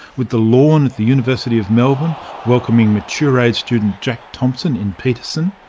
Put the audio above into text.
with the lawn at the university of melbourne welcoming mature-age student jack thompson in peterson,